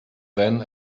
than